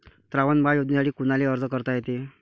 श्रावण बाळ योजनेसाठी कुनाले अर्ज करता येते?